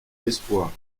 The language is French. d’espoir